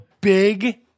big